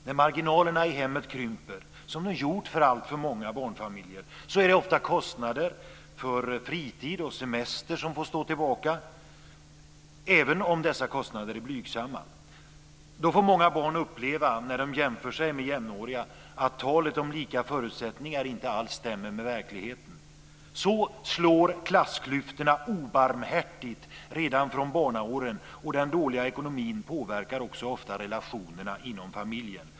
När marginalerna i hemmet krymper, som de gjort för alltför många barnfamiljer, är det ofta kostnader för fritid och semester som får stå tillbaka, även om dessa kostnader är blygsamma. Då får många barn när de jämför sig med jämnåriga uppleva att talet om lika förutsättningar inte alls stämmer med verkligheten. Så slår klassklyftorna obarmhärtigt redan från barnaåren. Den dåliga ekonomin påverkar också ofta relationerna inom familjen.